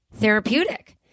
therapeutic